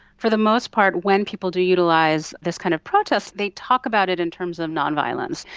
for the most part when people do utilise this kind of protest they talk about it in terms of non-violence.